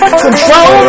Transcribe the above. control